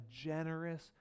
generous